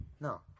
No